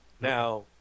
Now